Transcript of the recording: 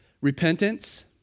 Repentance